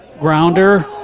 Grounder